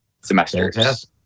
semesters